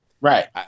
Right